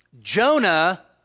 Jonah